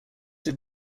did